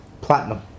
Platinum